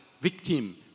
victim